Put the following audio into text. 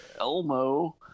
Elmo